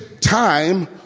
time